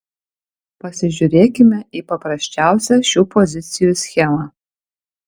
pasižiūrėkime į paprasčiausią šių pozicijų schemą